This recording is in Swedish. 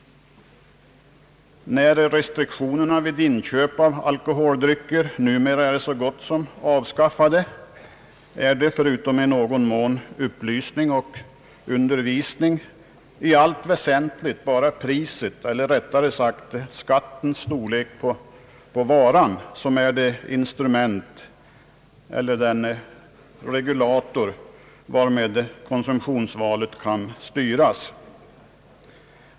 När restriktionerna vid inköp av alkoholdrycker numera blivit så gott som avskaffade är det, förutom i någon mån upplysning och undervisning, i allt väsentligt bara priset eller rättare sagt storleken av skatten på dessa drycker som är det instrument eller den regulator varmed konsumtionsvalet kan styras.